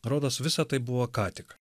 rodos visa tai buvo ką tik